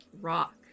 Rock